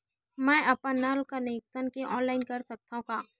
मैं अपन नल कनेक्शन के ऑनलाइन कर सकथव का?